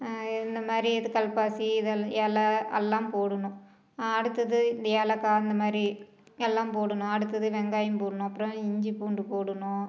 இந்தமாதிரி இது கல்பாசி இதெல் எல எல்லாம் போடணும் அடுத்தது இந்த ஏலக்காய் அந்தமாதிரி எல்லாம் போடணும் அடுத்தது வெங்காயம் போடணும் அப்புறம் இஞ்சி பூண்டு போடணும்